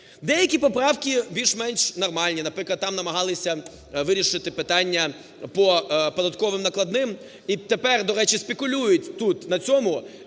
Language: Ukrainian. Деякі поправки більш-менш нормальні. Наприклад, там намагалися вирішити питання по податковим накладним, і тепер, до речі, спекулюють тут на цьому,